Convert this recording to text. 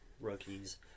rookies